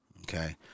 Okay